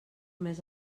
més